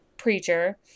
preacher